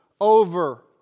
over